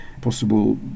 possible